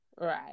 right